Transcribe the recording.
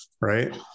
right